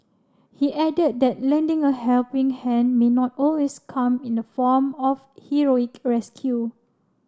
he added that lending a helping hand may not always come in the form of heroic rescue